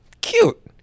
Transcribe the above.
Cute